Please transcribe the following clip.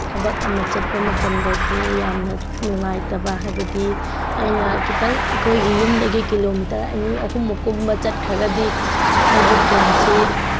ꯊꯕꯛ ꯑꯃ ꯆꯠꯄ ꯃꯇꯝꯗꯁꯨ ꯌꯥꯝꯅ ꯅꯨꯡꯉꯥꯏꯇꯕ ꯍꯥꯏꯕꯗꯤ ꯑꯩꯅ ꯈꯤꯇꯪ ꯑꯩꯈꯣꯏꯒꯤ ꯌꯨꯝꯗꯒꯤ ꯀꯤꯂꯣꯃꯤꯇꯔ ꯑꯅꯤ ꯑꯍꯨꯝꯃꯨꯛꯀꯨꯝꯕ ꯆꯠꯈ꯭ꯔꯒꯗꯤ ꯑꯩꯒꯤ ꯐꯣꯟꯁꯤ